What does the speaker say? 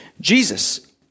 Jesus